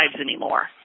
anymore